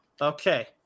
Okay